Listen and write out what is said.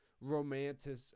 romantic